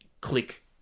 click